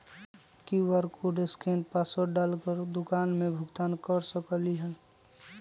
QR code scan password डाल कर दुकान में भुगतान कर सकलीहल?